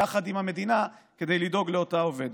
יחד עם המדינה, כדי לדאוג לאותה עובדת.